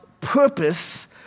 purpose